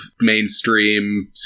mainstream